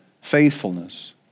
faithfulness